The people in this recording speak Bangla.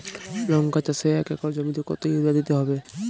লংকা চাষে এক একর জমিতে কতো ইউরিয়া দিতে হবে?